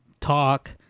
talk